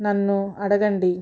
నన్ను అడగండి